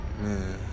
man